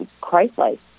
Christ-like